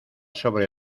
sobre